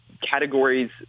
categories